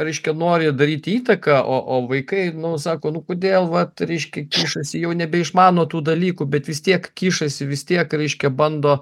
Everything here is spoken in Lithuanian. reiškia nori daryti įtaką o o vaikai nu sako nu kodėl vat reiškia kišasi jau nebeišmano tų dalykų bet vis tiek kišasi vis tiek reiškia bando